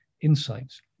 insights